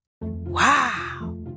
Wow